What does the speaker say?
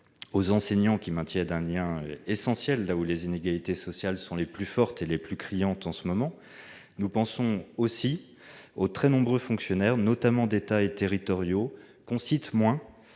aux enseignants, qui maintiennent un lien essentiel là où les inégalités sociales sont les plus fortes et les plus criantes en ce moment. Nous pensons aussi aux très nombreux fonctionnaires, notamment d'État et territoriaux, que l'on cite moins.